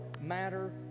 matter